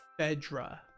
FEDRA